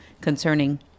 concerning